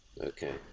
Okay